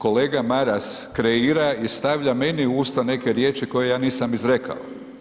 Kolega Maras kreira i stavlja meni u usta neke riječi koje ja nisam izrekao.